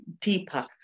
deeper